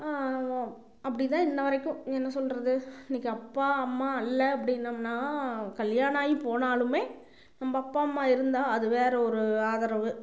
அப்படிதான் இன்று வரைக்கும் என்ன சொல்கிறது இன்றைக்கு அப்பா அம்மா இல்ல அப்படின்னோம்னா கல்யாணம் ஆகி போனாலுமே நம்ம அப்பா அம்மா இருந்தால் அது வேறே ஒரு ஆதரவு